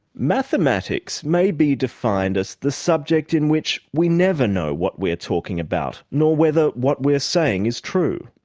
mathematics may be defined as the subject in which we never know what we're talking about, nor whether what we're saying is true.